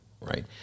right